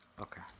okay